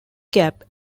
cap